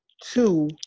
two